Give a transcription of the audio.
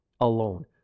alone